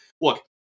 look